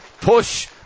Push